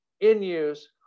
in-use